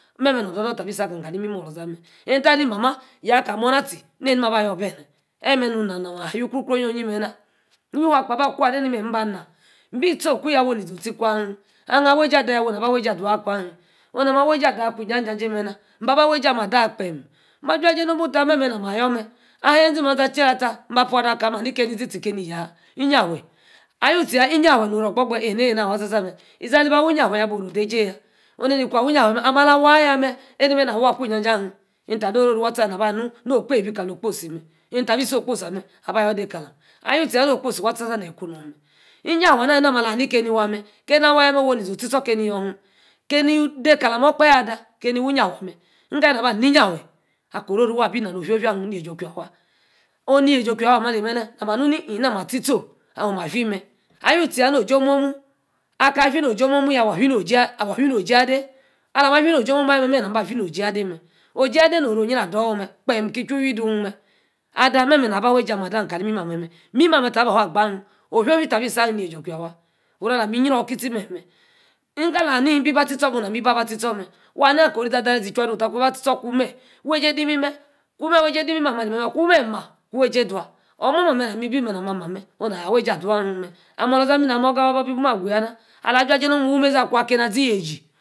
Enta. haa ni. mama yaa. kar moona. tíe. ne-ni aba yor bene. emenu. nah nama. ayor. okru-okru. oh-yie meh nah. mí fua akpo. aba kwo ade-nemeryi aba-nah. mbi tiê-oku yaa. woyiê. nī-ȝee. otie. kwa himm. aha awey-jìê adaw weyi. naba. adua. akwa hím. onama. awey ej̀íe adaw. akwa. íj́a-j́íe meh nah mba-ba awey-ejie ameh adaw. kpem. mah aja-jie nomu tah memeh ne-ayor meh. ahh aweyí eȝee. mande. ache-lah tah. ma bua. ade aka. keni ȝee tie. keni yaah. iyafe. awu-tíe yah. iyâfiê no-oru ogba-hu-huey ene-ne waah tsa-tsa meh. iȝee. alah. awu. iyafíe boh oro-ode-j́ie yaa. oh-ni ku awi-iyafíe amí. alah wayaa. enemeh awaa ija-jie aheem. enta-no-ori-ri waah tsa-tsa. ane ni aba anu. okpebí kalo okposi. eneh tah. abí isi okposí aba de kalam. awu-tieyer. no-okposi neyi wan-tsa-tsa ikunu. iyafie ana. ala ni-ni ka-ni waa. kení awaa woyi. iȝee. otistor keni yor. keni de kalam oh-okpahe. ada. kemi weyí ìyafíe amah. mkali. ne-ni aba. ni-iyafie. ako-oro. waa. yie-jie-oh-no yie-ji okwa-fua. oh-ni-j̀í okwa-fua ameh alímeh. na-ma nu-ni eeh nama atie. tie-moh. oh. ma. fie meh. awi-tíe yaa. oji omu-mu. aka fie oji omu-mu. yaa. waah fíe no-oji yaa dey. alah ma. fie. no-oji omu-mu. memeh na. fie oji ayaa dey. meh oji yaa dey no-oru. nyrah dui. ki ye-chu wí-du meh ada meh. meh. na aba wey-eji adam kali meh ana meh na. mimeh ameh tar ba afuu agbah. himm. ofio-fie ta bi-isi ahimm neji okwía-fua. oro-alami yio-ki-tie meh. ni-kala ahani. mbi ba tie stor meh. oh na-mí ebi abah ati stor meh. waa ní ako-ori ȝee ada-rey ni-ichui adwi. tah. ku. ba tie stor. kume. wey-jie de-imimeh. kume. wey jie de. imimeh amah ali-meh. kume. maa. ku-wey jie dua. omor-maa ameh. ala mi bi meh na-ma. amaa meh. oh-na wey jie aduu ahem aguyaa na. aja jie nomu-mu. na wimeȝi akwa. keni aȝi yeeji